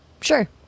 Sure